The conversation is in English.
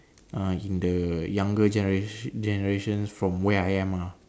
uh in the younger genera~ generations from where I am ah